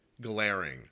glaring